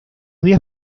días